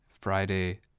Friday